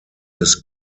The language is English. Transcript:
his